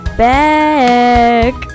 back